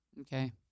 okay